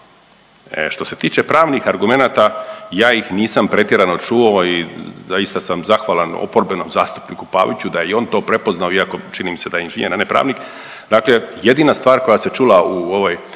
što se tiče pravnih argumenata ja ih nisam pretjerano čuo. I zaista sam zahvalan oporbenom zastupniku Paviću da je i on to prepoznao, iako čini mi se da je inženjer, a ne pravnik. Dakle, jedina stvar koja se čula u ovoj